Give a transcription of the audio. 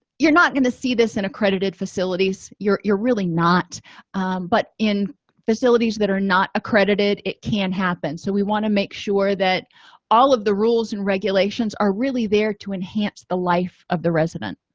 you're not going to see this in and accredited facilities you're you're really not but in facilities that are not accredited it can happen so we want to make sure that all of the rules and regulations are really there to enhance the life of the resident